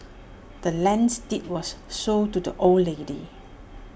the land's deed was sold to the old lady